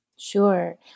Sure